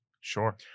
Sure